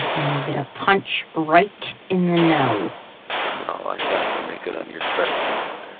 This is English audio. and you'll get a punch right in the nose somehow i doubt you'll make good on your threats commander